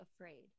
afraid